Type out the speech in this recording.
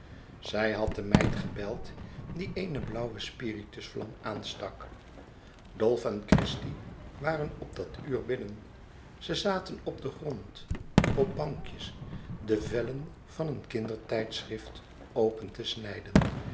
zij had de meid gebeld die eene blauwe spiritusvlam aanstak dolf en christie waren op dat uur binnen ze zaten op den grond op bankjes de vellen van een kindertijdschrift open te snijden